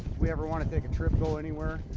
we ever wanna take a trip go anywhere,